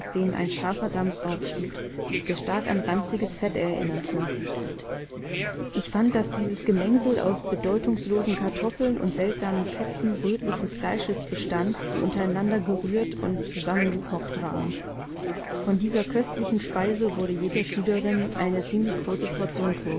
ein scharfer dampf aufstieg der stark an ranziges fett erinnerte ich fand daß dieses gemengsel aus bedeutungslosen kartoffeln und seltsamen fetzen rötlichen fleisches bestand die untereinander gerührt und zusammen gekocht waren von dieser köstlichen speise wurde jeder schülerin eine ziemlich große portion